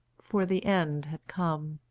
for the end had come.